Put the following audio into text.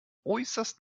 äußerst